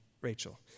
Rachel